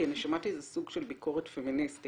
כי אני שמעתי איזה סוג של ביקורת פמיניסטית,